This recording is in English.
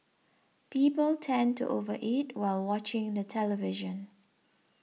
people tend to over eat while watching the television